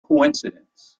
coincidence